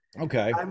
okay